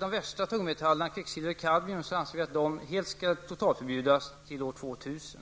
De värsta tungmetallerna, kvicksilver och kadmium, anser vi bör totalförbjudas till år 2000.